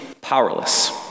powerless